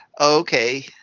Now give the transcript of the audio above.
Okay